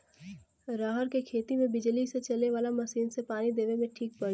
रहर के खेती मे बिजली से चले वाला मसीन से पानी देवे मे ठीक पड़ी?